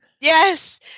Yes